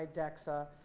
idexa?